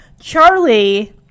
Charlie